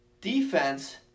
defense